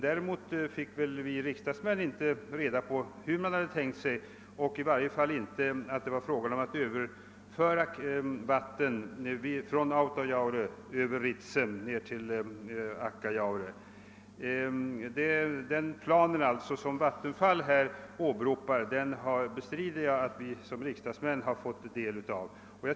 Däremot fick vi riksdagsmän inte reda på att det var fråga om att överföra vatten från Autajaure över Ritsem ned till Akkajaure. Den plan som Vattenfall åberopar bestrider jag alltså att vi som riksdagsmän har fått del av.